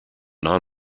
non